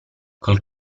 col